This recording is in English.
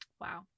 Wow